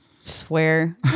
Swear